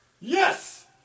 Yes